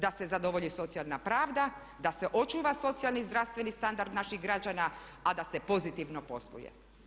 Da se zadovolji socijalna pravda, da se očuva socijalni zdravstveni standard naših građana, a da se pozitivno posluje.